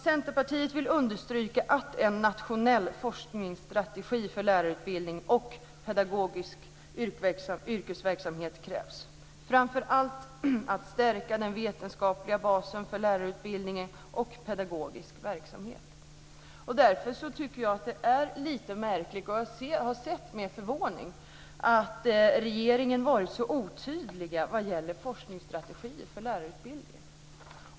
Centerpartiet vill understryka att en nationell forskningsstrategi för lärarutbildningen och pedagogisk yrkesverksamhet krävs. Framför allt måste man stärka den vetenskapliga basen för lärarutbildningen och pedagogisk verksamhet. Jag har sett med förvåning att regeringen har varit otydlig vad gäller forskningsstrategier för lärarutbildningen.